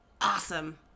awesome